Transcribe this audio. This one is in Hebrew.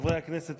חברי הכנסת,